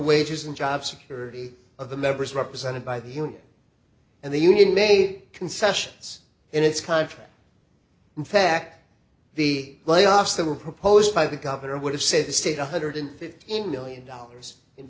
wages and job security of the members represented by the union and the union made concessions in its contract in fact the layoffs that were proposed by the governor would have said the state one hundred fifty million dollars in